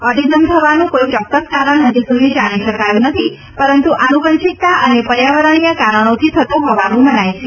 autism થવાનું કોઇ ચોક્કસ કારણ હજુ સુધી જાણી શકાયુ નથી પરંતુ આનુવંશિકતા અને પર્યાવરણીય કારણોથી થતો હોવાનું મનાય છે